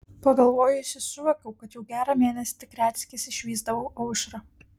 pagalvojusi suvokiau kad jau gerą mėnesį tik retsykiais išvysdavau aušrą